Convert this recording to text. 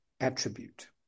attribute